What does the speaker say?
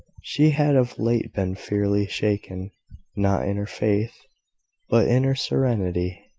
she had of late been fearfully shaken not in her faith, but in her serenity.